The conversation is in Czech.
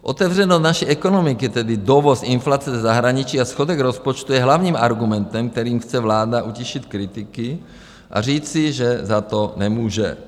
Otevřenost naší ekonomiky, tedy dovoz inflace ze zahraničí a schodek rozpočtu, je hlavním argumentem, kterým chce vláda utišit kritiky, říci, že za to nemůže.